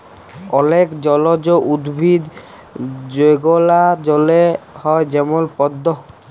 অলেক জলজ উদ্ভিদ যেগলা জলে হ্যয় যেমল পদ্দ